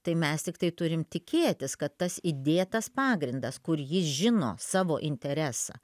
tai mes tiktai turim tikėtis kad tas įdėtas pagrindas kur jis žino savo interesą